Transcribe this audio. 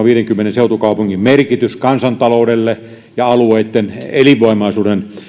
viidenkymmenen seutukaupungin merkitys kansantaloudelle ja alueitten elinvoimaisuuden